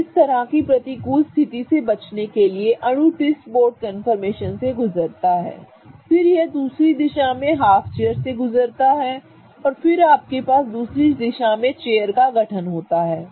फिर इस तरह की प्रतिकूल स्थिति से बचने के लिए अणु ट्विस्ट बोट कन्फर्मेशन से गुजरता है फिर यह दूसरी दिशा में हाफ चेयर से गुजरता है और फिर आपके पास दूसरी दिशा में चेयर का गठन होता है